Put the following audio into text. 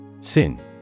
Sin